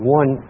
one